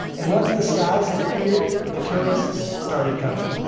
and once the skies had cleared, the tourists started coming